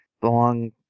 belong